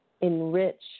enrich